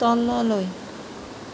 তললৈ